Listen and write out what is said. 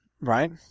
right